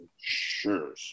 Sure